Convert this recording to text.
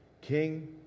king